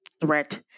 threat